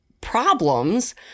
problems